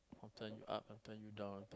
I turn you up I turn you down